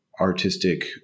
artistic